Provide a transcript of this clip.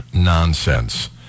nonsense